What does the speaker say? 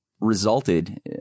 resulted